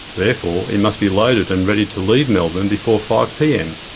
therefore, it must be loaded and ready to leave melbourne before five pm.